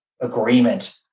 agreement